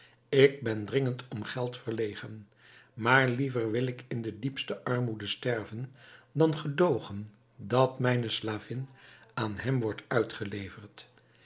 ik ben dringend om geld verlegen maar liever wil ik in de diepste armoede sterven dan gedoogen dat mijne slavin aan hem wordt uitgeleverd